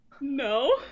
No